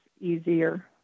easier